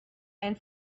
and